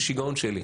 זה שיגעון שלי.